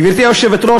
גברתי היושבת-ראש,